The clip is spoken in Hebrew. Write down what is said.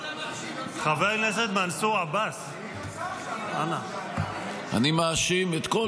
אתה מאשים אך ורק את --- חבר הכנסת מנסור עבאס,